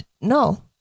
No